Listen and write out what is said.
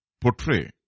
portray